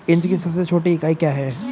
Inch की सबसे छोटी इकाई क्या है?